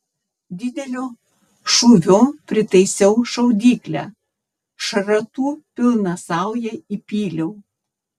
dideliu šūviu pritaisiau šaudyklę šratų pilną saują įpyliau